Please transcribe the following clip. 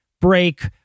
break